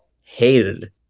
hated